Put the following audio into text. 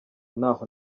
ntaho